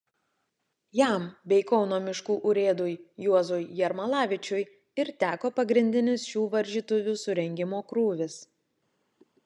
jam bei kauno miškų urėdui juozui jermalavičiui ir teko pagrindinis šių varžytuvių surengimo krūvis